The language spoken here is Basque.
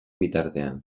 bitartean